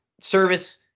service